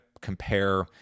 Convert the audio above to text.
compare